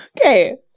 Okay